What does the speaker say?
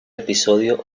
episodio